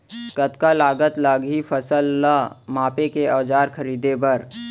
कतका लागत लागही फसल ला मापे के औज़ार खरीदे बर?